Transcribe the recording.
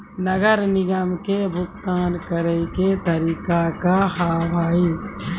नगर निगम के भुगतान करे के तरीका का हाव हाई?